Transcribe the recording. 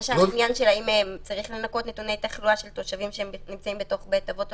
למשל צריך לנכות נתוני תחלואה של תושבים שהם בתוך בית אבות.